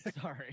Sorry